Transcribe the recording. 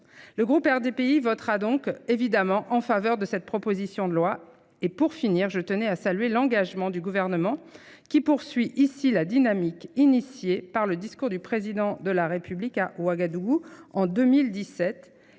Le groupe RDPI votera donc évidemment en faveur de cette proposition de loi et pour finir je tenais à saluer l'engagement du gouvernement qui poursuit ici la dynamique initiée par le discours du président de la République à Ouagadougou en 2017